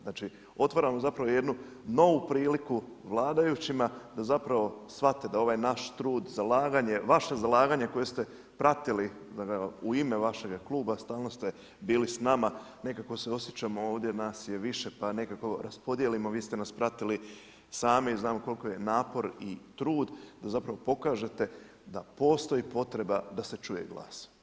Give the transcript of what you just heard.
Znači otvaramo zapravo jednu novu priliku vladajućima da zapravo shvate da ovaj naš trud, zalaganje, vaše zalaganje koje ste pratili u ime vašega kluba, stalno ste bili s nama, nekako se osjećamo ovdje nas je više pa nekako raspodijelimo, vi ste nas pratili sami, znam koliko je napor i trud da zapravo pokažete da postoji potreba da se čuje glas.